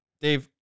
Dave